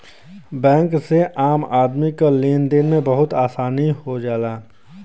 bank से आम आदमी क लेन देन में बहुत आसानी हो जाला